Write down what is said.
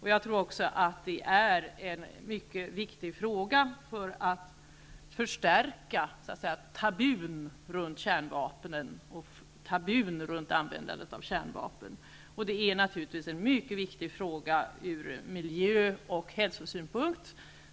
Jag tror också att det är en mycket viktig fråga när det gäller att så att säga förstärka tabun runt kärnvapnen och användandet av dem. Det är naturligtvis en mycket viktig fråga ur miljö och hälsosynpunkt.